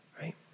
right